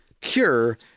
Cure